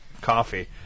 coffee